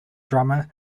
drummer